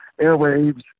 airwaves